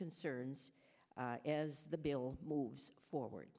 concerns as the bill moves forward